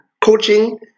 coaching